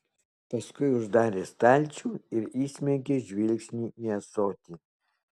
paskui uždarė stalčių ir įsmeigė žvilgsnį į ąsotį